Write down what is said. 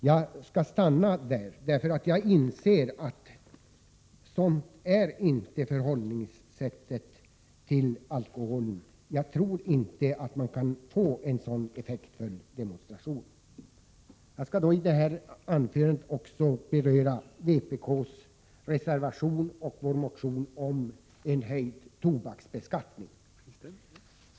Jag inser emellertid att förhållningssättet när det gäller alkohol inte är sådant att man kan få en så effektfull demonstration. I detta anförande skall jag också beröra vpk:s motion och reservation om höjd tobaksskatt.